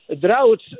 droughts